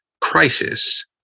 crisis